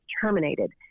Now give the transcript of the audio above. terminated